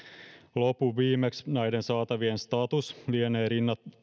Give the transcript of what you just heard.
lopunviimeksi näiden saatavien status lienee